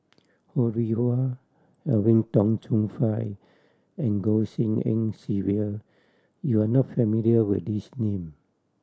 Ho Rih Hwa Edwin Tong Chun Fai and Goh Tshin En Sylvia you are not familiar with these name